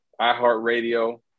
iHeartRadio